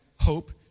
hope